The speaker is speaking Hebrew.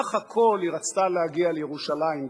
בסך הכול היא רצתה להגיע לירושלים בשלום.